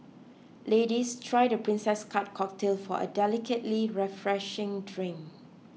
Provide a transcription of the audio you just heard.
ladies try the Princess Cut cocktail for a delicately refreshing drink